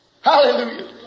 Hallelujah